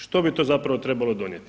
Što bi to zapravo trebalo donjeti?